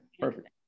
perfect